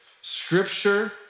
scripture